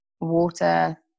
water